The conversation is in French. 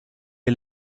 est